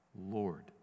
Lord